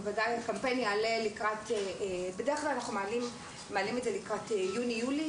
בדרך כלל אנחנו מעלים את זה לקראת יוני-יולי,